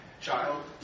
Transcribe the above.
Child